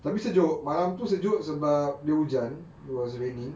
tapi sejuk malam tu sejuk sebab dia hujan it was raining